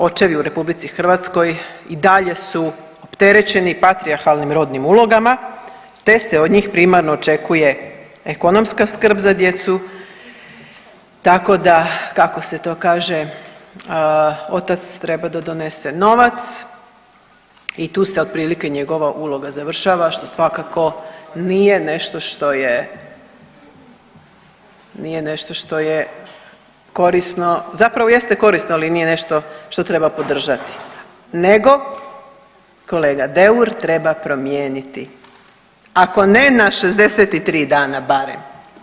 Očevi u RH i dalje su opterećeni patrijarhalnim rodnim ulogama te se od njih primarno očekuje ekonomska skrb za djecu tako da kako se to kaže otac treba da donese novac i tu se otprilike njegova uloga završava što svakako nije nešto što je, nije nešto što je korisno zapravo jeste korisno ali nije nešto što treba podržati, nego kolega Deur treba promijeniti ako ne na 63 dana barem.